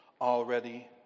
already